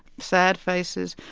sad faces,